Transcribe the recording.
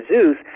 Zeus